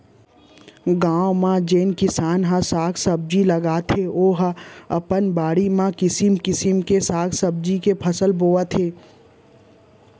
गाँव म जेन किसान ह सब्जी भाजी लगाथे ओ ह अपन बाड़ी म किसम किसम के साग भाजी के फसल बोथे